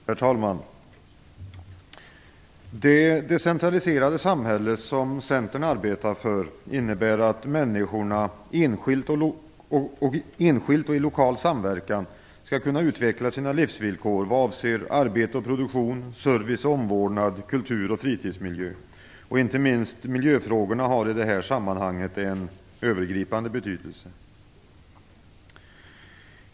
Herr talman! Det decentraliserade samhälle som Centern arbetar för innebär att människorna, enskilt och i lokal samverkan, skall kunna utveckla sina livsvillkor vad avser arbete och produktion, service och omvårdnad, kultur och fritidsmiljö och inte minst miljöfrågor, som i det här sammanhanget har en övergripande betydelse.